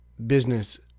Business